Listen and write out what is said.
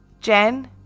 Jen